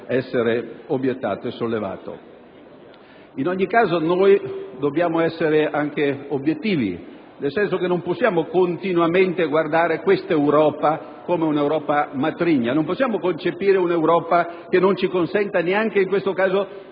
essere obiettato e sollevato. In ogni caso noi dobbiamo essere anche obiettivi, nel senso che non possiamo continuamente guardare a questa Europa come un'Europa matrigna; non possiamo concepire un'Europa che non ci consenta neanche in questo caso